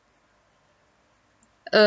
err